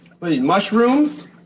mushrooms